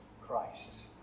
Christ